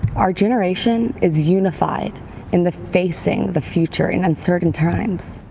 our generation is unified in the facing the future in uncertain times.